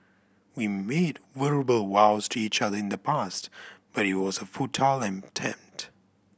we made verbal vows to each other in the past but it was a futile attempt